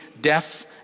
deaf